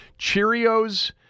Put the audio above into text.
Cheerios